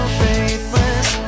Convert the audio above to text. faithless